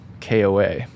KOA